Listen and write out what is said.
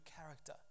character